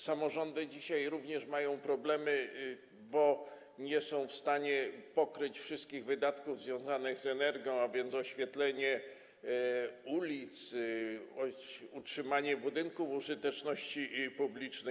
Samorządy dzisiaj również mają problemy, bo nie są w stanie pokryć wszystkich wydatków związanych z energią, a więc oświetleniem ulic, utrzymaniem budynków użyteczności publicznej.